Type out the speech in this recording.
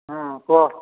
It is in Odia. ହଁ କୁହ